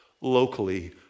locally